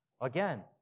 Again